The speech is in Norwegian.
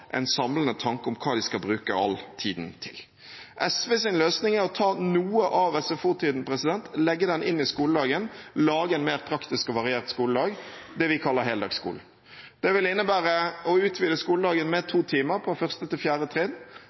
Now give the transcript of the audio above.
en samlende tanke om hva de skal bruke all tiden til. SVs løsning er å ta noe av SFO-tiden, legge den inn i skoledagen og lage en mer praktisk og variert skoledag – det vi kaller heldagsskole. Det vil innebære å utvide skoledagen med to timer fra 1. til 4. trinn